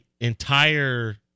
entire